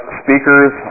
speakers